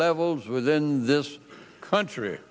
levels within this country